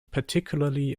particularly